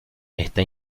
está